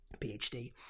phd